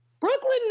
Brooklyn